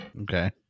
okay